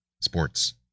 Sports